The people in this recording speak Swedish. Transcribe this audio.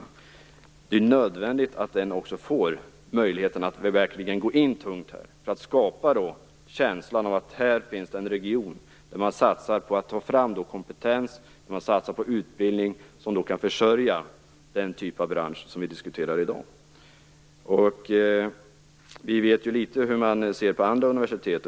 I en sådan ort är det nödvändigt att få möjligheter, genom att vi verkligen går in tungt för att skapa känslan av att här finns en region där man satsar på att ta fram kompetens och satsar på utbildning, som kan försörja den typ av bransch som vi diskuterar i dag. Vi vet ju litet om hur man ser på andra universitet.